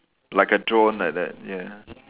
like a drone like that ya